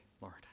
Lord